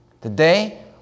Today